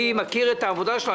אני מכיר את העבודה שלו.